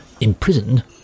imprisoned